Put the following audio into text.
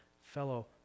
fellow